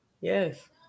Yes